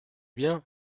bien